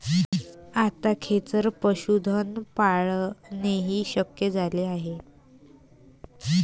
आता खेचर पशुधन पाळणेही शक्य झाले आहे